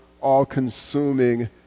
all-consuming